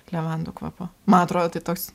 levandų kvapu man atrodo tai toks